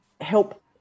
help